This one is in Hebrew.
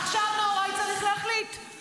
העיקר שעופר כסיף יושב פה.